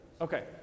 Okay